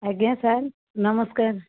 ଆଜ୍ଞା ସାର୍ ନମସ୍କାର